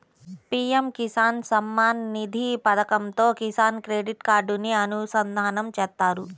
PM Kisan Samman Nidhi పథకంతో Kisan credit కార్డుని అనుసంధానం చేత్తారు